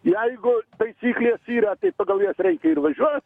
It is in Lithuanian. jeigu taisyklės yra tai pagal jas reikia ir važiuot